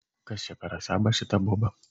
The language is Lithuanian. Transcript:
kas čia per asaba šita boba